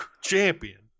champion